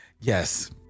Yes